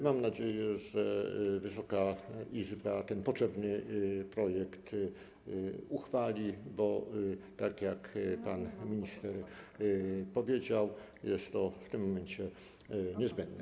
Mam nadzieję, że Wysoka Izba ten potrzebny projekt uchwali, bo, tak jak pan minister powiedział, jest to w tym momencie niezbędne.